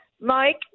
Mike